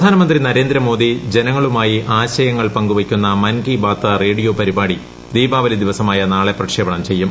പ്രധാനമന്ത്രി നരേന്ദ്രമോദി ജന്നങ്ങളുമായി ആശയങ്ങൾ പങ്കുവയ്ക്കുന്ന മൻ കി ബാത് റേഡിയ്ക്ക് പരിപാടി ദീപാവലിദിവസമായനാളെ പ്രക്ഷേപണം ചെയ്യും